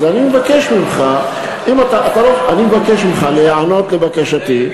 אז אני מבקש ממך להיענות לבקשתי,